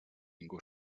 ningú